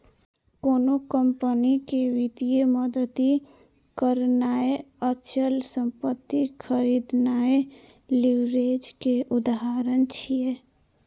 कोनो कंपनी कें वित्तीय मदति करनाय, अचल संपत्ति खरीदनाय लीवरेज के उदाहरण छियै